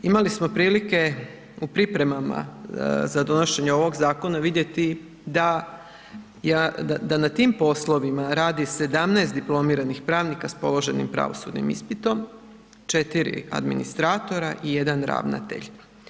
Imali smo prilike u pripremama za donošenje ovog zakona vidjeti da, da na tim poslovima radi 17 diplomiranih pravnika sa položenim pravosudnim ispitom, 4 administratora i 1 ravnatelj.